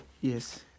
Yes